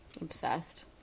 Obsessed